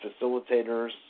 facilitators